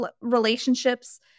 Relationships